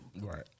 Right